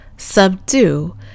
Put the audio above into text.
subdue